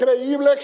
increíble